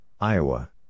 Iowa